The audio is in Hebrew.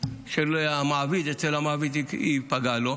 אצל המעביד ייפגע לו.